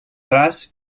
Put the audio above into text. traç